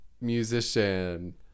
musician